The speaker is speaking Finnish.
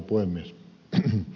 arvoisa puhemies